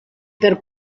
per